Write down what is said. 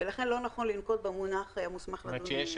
ולכן לא נכון לנקוט במונח "המוסמך לדון" --- זאת אומרת,